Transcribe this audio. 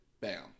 bam